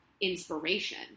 inspiration